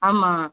ஆமாம்